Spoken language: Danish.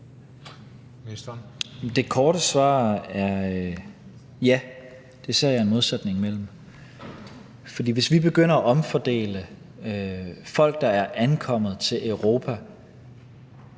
Det korte svar er ja. Det ser jeg en modsætning mellem. For hvis vi begynder at omfordele folk, der er ankommet til Europa,